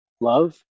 love